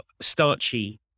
starchy